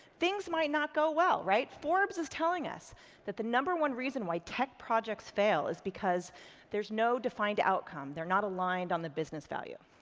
things might not go well, right? forbes is telling us that the number one reason why tech projects fail is, because there's no defined outcome, they're not aligned on the business value.